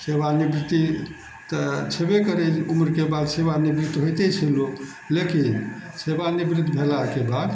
सेवानिवृति तऽ छेबे करय उम्रके बाद सेवानिवृत होइते छै लोक लेकिन सेवानिवृत भेलाके बाद